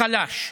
החלש,